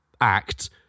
act